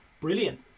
Brilliant